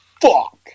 Fuck